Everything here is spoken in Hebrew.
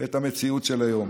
את המציאות של היום.